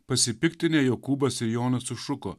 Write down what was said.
pasipiktinę jokūbas ir jonas sušuko